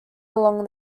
along